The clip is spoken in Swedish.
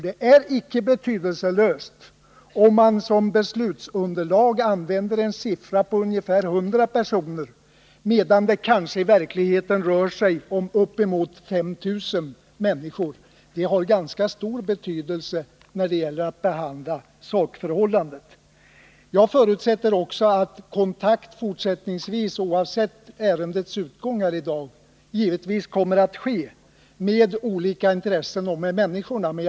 Det är inte betydelselöst om man som beslutsunderlag felaktigt använder siffran 100 personer, medan det i verkligheten kanske rör sig om uppemot 5 000 människor. Det får då ganska stor betydelse när det gäller att behandla sakförhållandet. Jag förutsätter givetvis också att kontakter fortsättningsvis, oavsett ärendets utgång i dag, kommer att tas mellan olika intressen och med människorna själva.